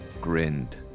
grinned